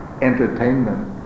entertainment